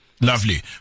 Lovely